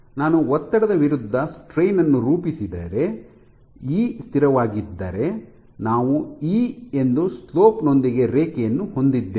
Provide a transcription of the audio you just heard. ನಾನು ಒತ್ತಡದ ವಿರುದ್ಧ ಸ್ಟ್ರೈನ್ ನ್ನು ರೂಪಿಸಿದರೆ ಇ ಸ್ಥಿರವಾಗಿದ್ದರೆ ನಾವು ಇ ಎಂದು ಸ್ಲೋಪ್ ನೊಂದಿಗೆ ರೇಖೆಯನ್ನು ಹೊಂದಿದ್ದೇವೆ